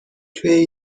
توی